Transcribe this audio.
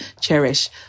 cherish